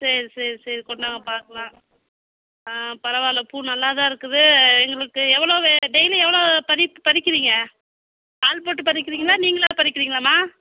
சரி சரி சரி கொண்டாங்க பார்க்கலாம் ஆ பரவாயில்லை பூ நல்லா தான் இருக்குது எங்களுக்கு எவ்வளோ வே டெய்லி எவ்வளோ பறிக் பறிக்கிறீங்க ஆள் போட்டு பறிக்கிறீங்களா நீங்களாக பறிக்கிறீங்களாமா